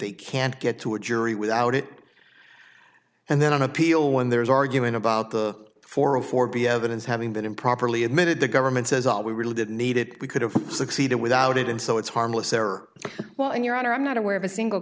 they can't get to a jury without it and then on appeal when there's arguing about the four of four be evidence having been improperly admitted the government says all we really did need it we could have succeeded without it and so it's harmless error well in your honor i'm not aware of a single